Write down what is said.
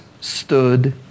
Stood